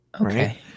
Okay